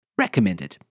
Recommended